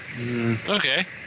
Okay